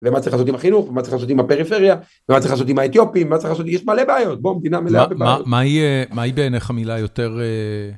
ומה צריך לעשות עם החינוך ומה צריך לעשות עם הפריפריה ומה צריך לעשות עם האתיופים ומה צריך לעשות עם... יש מלא בעיות בוא מדינה מלאה בבעיות. מה יהיה... מה היא בעיניך המילה יותר...